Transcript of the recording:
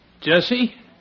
Jesse